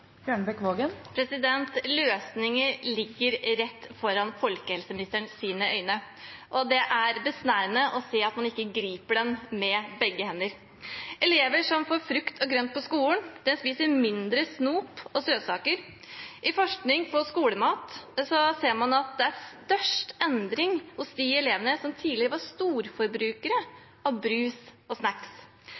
ligger rett foran folkehelseministerens øyne, og det er besnærende å se at hun ikke griper den med begge hender. Elever som får frukt og grønt på skolen, spiser mindre snop og søtsaker. I forskning på skolemat ser man at det er størst endring hos de elevene som tidligere var storforbrukere av brus og